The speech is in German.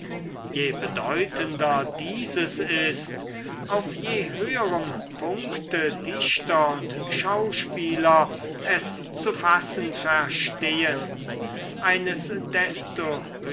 je bedeutender dieses ist auf je höherem punkte dichter und schauspieler es zu fassen verstehen eines desto